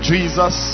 Jesus